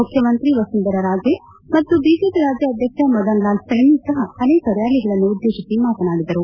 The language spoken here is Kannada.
ಮುಖ್ಯಮಂತ್ರಿ ವಸುಂದರಾ ರಾಜೆ ಮತ್ತು ಬಿಜೆಪಿ ರಾಜ್ಯಾಧ್ಯಕ್ಷ ಮದನ್ ಲಾಲ್ ಸೈನಿ ಸಹ ಅನೇಕ ರ್ಕಾಲಿಗಳನ್ನು ಉದ್ದೇಶಿಸಿ ಮಾತನಾಡಿದರು